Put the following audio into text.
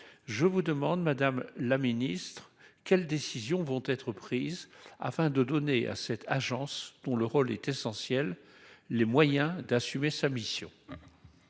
je vous demande Madame la Ministre quelles décisions vont être prises afin de donner à cette agence dont le rôle est essentiel. Les moyens d'assumer sa mission.